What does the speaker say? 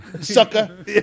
sucker